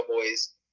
Cowboys